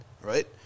right